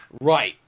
Right